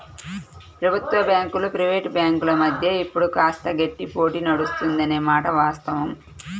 ప్రభుత్వ బ్యాంకులు ప్రైవేట్ బ్యాంకుల మధ్య ఇప్పుడు కాస్త గట్టి పోటీ నడుస్తుంది అనే మాట వాస్తవం